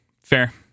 Fair